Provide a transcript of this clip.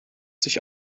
sich